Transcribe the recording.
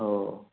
ഓ